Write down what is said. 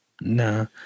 No